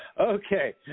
Okay